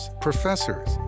professors